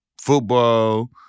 football